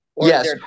Yes